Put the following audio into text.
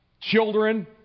children